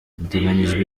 hateganyijwe